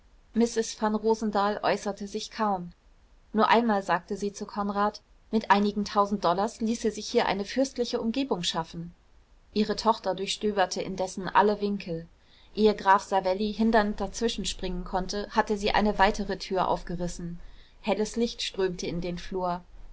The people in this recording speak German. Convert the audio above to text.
mrs vanrosendahl äußerte sich kaum nur einmal sagte sie zu konrad mit einigen tausend dollars ließe sich hier eine fürstliche umgebung schaffen ihre tochter durchstöberte indessen alle winkel ehe graf savelli hindernd dazwischenspringen konnte hatte sie eine weitere tür aufgerissen helles licht strömte in den flur